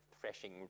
threshing